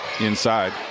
inside